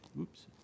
Oops